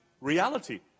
reality